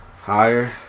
Higher